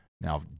Now